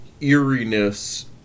eeriness